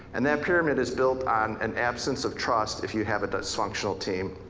and that pyramid is built on an absence of trust if you have a dysfunctional team.